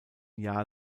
jahr